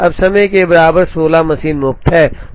अब समय के बराबर 16 मशीन मुफ्त है